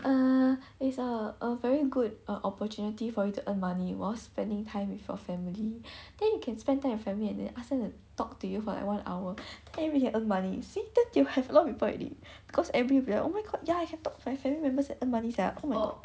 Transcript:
err it's a a very good opportunity for you to earn money while spending time with your family then you can spend time with family and then ask them to talk to you for like one hour and we can earn money see then you have a lot of people already because everyone oh my god ya I can talk to my family members and earn money sia